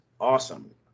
Awesome